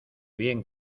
bien